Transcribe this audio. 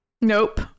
Nope